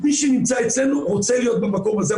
מי שנמצא אצלנו רוצה להיות במקום הזה,